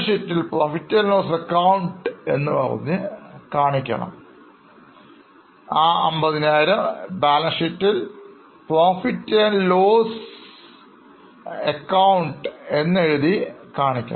50000 balance ഷീറ്റിൽ Profit and loss ac എന്ന് പറഞ്ഞ് കാണിക്കുന്നു